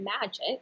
magic